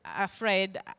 afraid